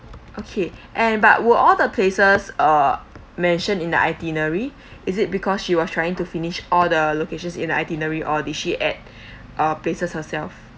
okay and but were all the places uh mentioned in the itinerary is it because she was trying to finish all the locations in the itinerary or did she add uh places herself